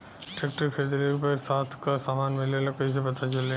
Tractor खरीदले पर साथ में का समान मिलेला कईसे पता चली?